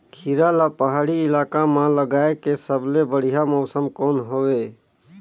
खीरा ला पहाड़ी इलाका मां लगाय के सबले बढ़िया मौसम कोन हवे?